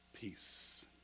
peace